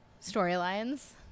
Storylines